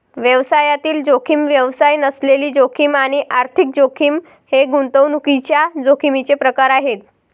व्यवसायातील जोखीम, व्यवसाय नसलेली जोखीम आणि आर्थिक जोखीम हे गुंतवणुकीच्या जोखमीचे प्रकार आहेत